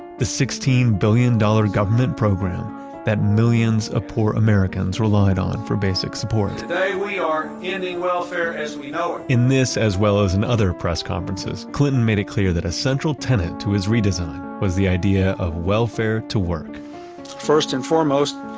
the sixteen billion dollars government program that millions of poor americans relied on for basic support today, we are ending welfare as we know it. in this as well as in other press conferences, clinton made it clear that a central tenant to his redesign was the idea of welfare to work first and foremost,